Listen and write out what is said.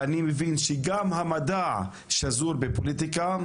אני מבין שגם המדע שזור בפוליטיקה,